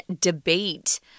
debate